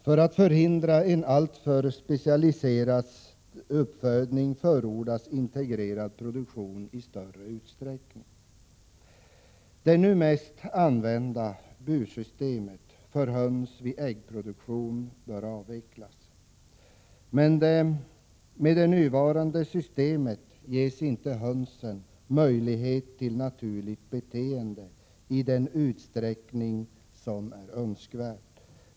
För att förhindra en alltför specialiserad uppfödning förordas integrerad produktion i större utsträckning. Det nu mest använda bursystemet för höns vid äggproduktion bör avvecklas. Med det nuvarande systemet ges inte hönsen möjlighet till naturligt beteende i den utsträckning som är önskvärd.